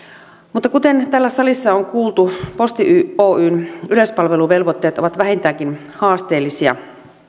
mutta kuten täällä salissa on kuultu posti oyn yleispalveluvelvoitteet ovat vähintäänkin haasteellisia